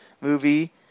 movie